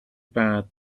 bad